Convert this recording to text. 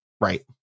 Right